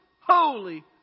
holy